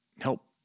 help